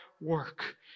work